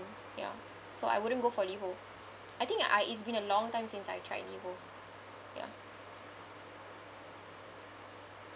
ya so I wouldn't go for Liho I think I it's been a long time since I tried Liho ya